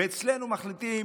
ואצלנו מחליטים